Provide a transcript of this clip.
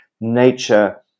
nature